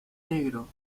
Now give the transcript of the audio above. negro